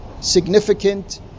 significant